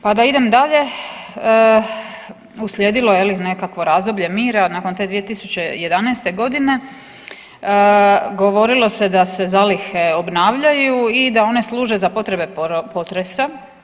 Pa da idem dalje, uslijedilo je nekakvo razdoblje mira nakon te 2011.g. govorilo se da se zalihe obnavljaju i da one služe za potrebe potresa.